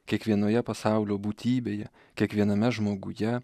kiekvienoje pasaulio būtybėje kiekviename žmoguje